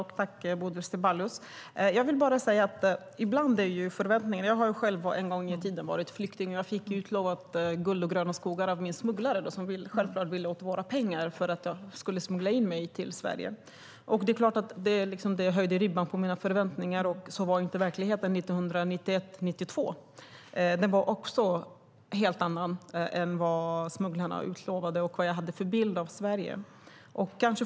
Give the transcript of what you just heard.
Herr talman! Jag har själv en gång i tiden varit flykting. Jag blev lovad guld och gröna skogar av min smugglare, som självklart ville åt våra pengar för att smuggla in mig till Sverige. Det är klart att det höjde ribban för mina förväntningar. Och så var inte verkligheten 1991 och 1992. Det var någonting helt annat än vad smugglarna utlovade och vad jag hade för bild av Sverige.